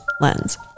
lens